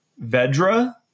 vedra